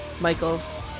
michael's